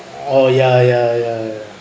orh ya ya ya yeah